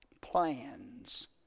plans